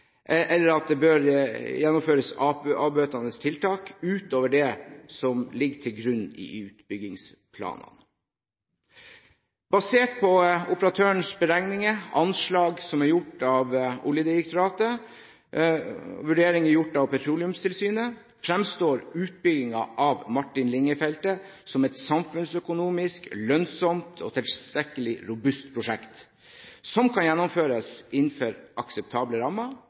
eller at det bør gjennomføres avbøtende tiltak utover dem som ligger til grunn i utbyggingsplanene. Basert på operatørens beregninger, anslag som er gjort av Oljedirektoratet, og vurderinger gjort av Petroleumstilsynet, fremstår utbyggingen av Martin Linge-feltet som et samfunnsøkonomisk lønnsomt og tilstrekkelig robust prosjekt, som kan gjennomføres innenfor akseptable rammer